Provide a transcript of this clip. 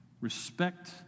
Respect